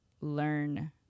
learn –